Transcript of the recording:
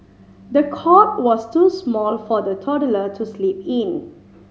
the cot was too small for the toddler to sleep in